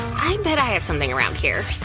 i bet i have something around here.